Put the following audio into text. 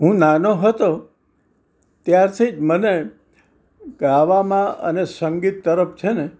હું નાનો હતો ત્યારથી જ મને ગાવામાં અને સંગીત તરફ છે ને